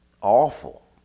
awful